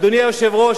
אדוני היושב-ראש,